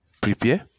prepare